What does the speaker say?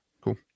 cool